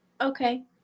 Okay